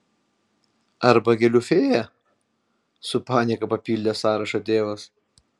arba gėlių fėja su panieka papildė sąrašą tėvas